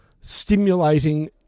stimulating